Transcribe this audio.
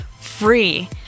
free